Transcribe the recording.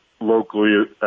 locally